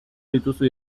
dituzu